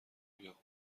بیا